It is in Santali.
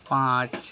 ᱯᱟᱸᱪ